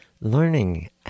learning